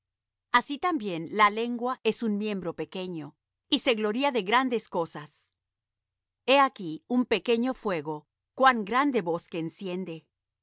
así también la lengua es un miembro pequeño y se gloría de grandes cosas he aquí un pequeño fuego cuán grande bosque enciende